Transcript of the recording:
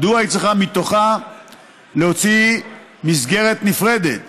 מדוע היא צריכה מתוכה להוציא מסגרת נפרדת